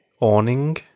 awning